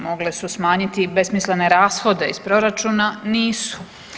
Mogle su smanjiti besmislene rashode iz proračuna, nisu.